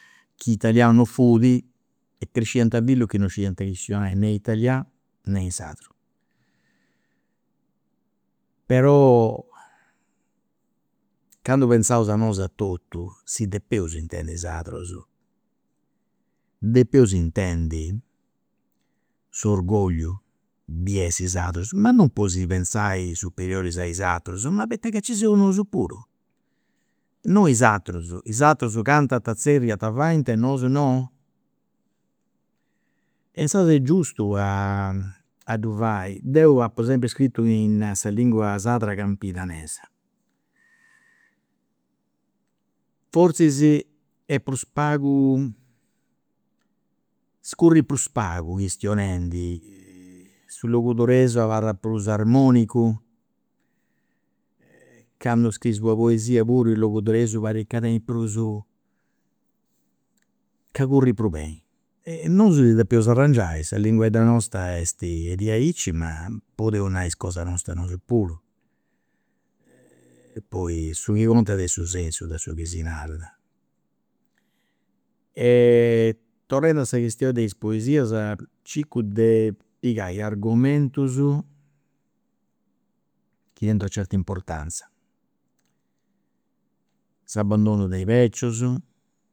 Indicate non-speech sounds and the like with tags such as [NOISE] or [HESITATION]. Chi italianu non fut e cresciant fillus chi non scidiant chistionai nè italianu nè in sardu. [HESITATION] però [HESITATION] candu pensaus a nos'a totu si depeus intendi sardus, depeus intendi s'orgogliu di essiri sardus ma non po si pensai superioris a is aterus, ma poita nci seus nosu puru, no is aterus, is aterus cantant zerriant faint e nosu nou? E insaras est giustu a [HESITATION] a ddu fai, deu apu sempri scritu in sa lingua sarda campidanesa, forzis est prus pagu, scurri prus pagu chistionendi, su logudoresu abarrat prus armonicu, candu scrisi una poesia in logudoresu parit ca tenit prus [HESITATION] ca curri prus beni. Nosu si depeus arrangiai, sa linguedda nostra est est diaicci ma podeus nai is cosas nostra nosu puru [HESITATION] e poi su chi contat est su sensu de su chi si narat, [HESITATION] e torrendu a sa chistioni de is poesias circu de pigai argomentus chi tenint una certa importanza, s'abandonu de i' beccius